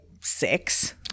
six